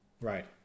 Right